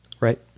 right